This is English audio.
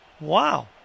Wow